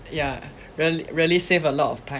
yeah really really save a lot of time